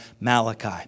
Malachi